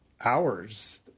hours